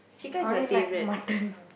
I only like mutton